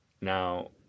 now